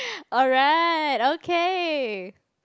alright okay